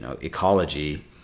ecology